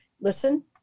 listen